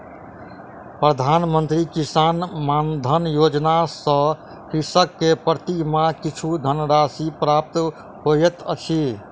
प्रधान मंत्री किसान मानधन योजना सॅ कृषक के प्रति माह किछु धनराशि प्राप्त होइत अछि